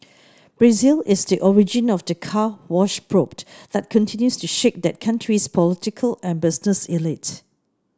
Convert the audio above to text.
Brazil is the origin of the Car Wash probe that continues to shake that country's political and business elite